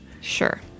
Sure